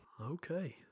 Okay